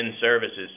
services